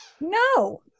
No